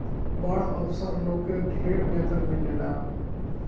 बड़ अफसर लोग के ढेर वेतन भी मिलेला